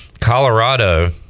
Colorado